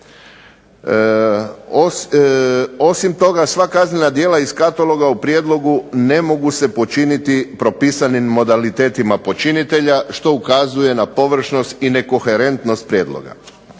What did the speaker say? Osim toga sva kaznena djela iz kataloga u prijedlogu ne mogu se počiniti propisanim modalitetima počinitelja što ukazuje na površnost i nekoherentnost prijedloga.